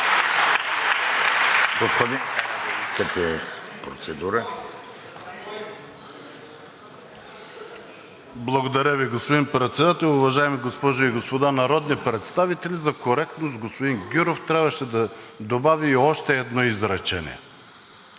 Благодаря Ви, господин Председател. Уважаеми госпожи и господа народни представители! За коректност господин Гюров трябваше да добави и още едно изречение